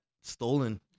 stolen